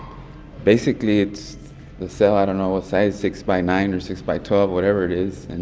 basically it's the cell i don't know what size, six by nine or six by twelve, whatever it is, and